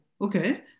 okay